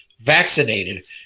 vaccinated